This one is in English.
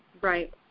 right